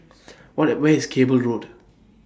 What Where IS Cable Road